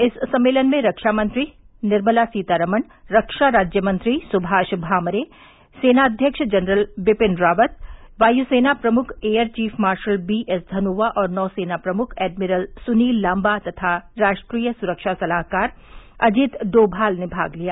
इस सम्मेलन में रक्षामंत्री निर्मला सीता रमण रक्षा राज्यमंत्री सुमाष भामरे सेना अध्यक्ष जनरल विपिन रावत वायुसेना प्रमुख air chief marshal B S Dhanoa और नौसेना प्रमुख एडमिरल सुनील लाम्बा तथा राष्ट्रीय सुरक्षा सलाहकार अजीत डोमाल ने भाग लिया